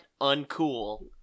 uncool